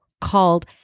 called